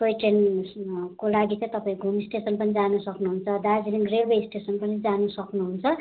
toy train को लागि चाहिँ तपाईँ घुम स्टेसन पनि जानु सक्नुहुन्छ दार्जिलिङ रेलवे स्टेसन पनि जानु सक्नुहुन्छ